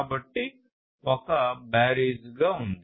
కాబట్టి ఒక బేరీజుగా ఉంది